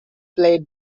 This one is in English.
played